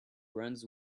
runs